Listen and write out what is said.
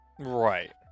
Right